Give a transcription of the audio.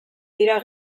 dira